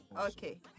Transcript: Okay